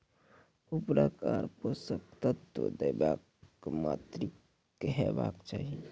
उर्वरक आर पोसक तत्व देवाक मात्राकी हेवाक चाही?